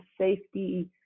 safety